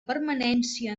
permanència